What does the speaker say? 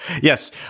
yes